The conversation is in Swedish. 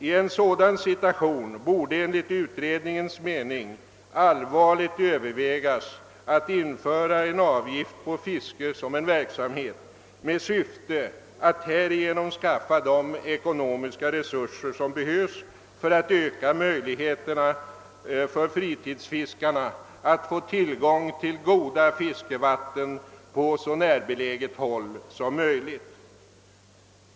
I en sådan situation borde enligt utredningens mening allvarligt övervägas att införa en avgift på fiske som verksamhet med syfte att härigenom skaffa de ekonomiska resurser som behövs för att öka möjligheterna för fritidsfiskarna att få tillgång till goda fiskevatten på så nära håll som möjligt.